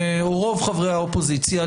או רוב חברי האופוזיציה,